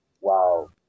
wow